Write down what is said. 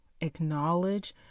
acknowledge